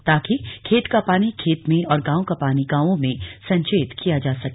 ताकि खेत का पानी खेत में और गांव का पानी गांवों में संचयित किया जा सके